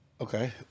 Okay